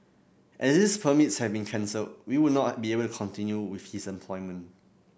as these permits have been cancelled we would not be able to continue with his employment